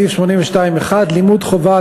סעיף 82(1) לימוד חובה,